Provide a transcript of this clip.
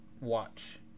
watch